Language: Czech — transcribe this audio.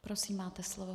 Prosím, máte slovo.